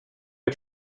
det